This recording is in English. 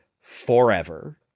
forever